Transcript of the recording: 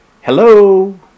hello